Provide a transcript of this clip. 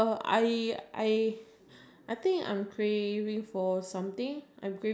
I love if it's like a magazine with full of drama story full of drama that is nice